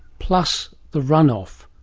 plus the run-off,